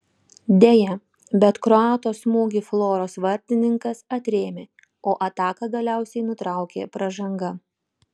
deja bet kroato smūgį floros vartininkas atrėmė o ataką galiausiai nutraukė pražanga